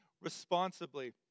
Responsibly